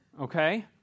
Okay